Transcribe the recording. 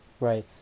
Right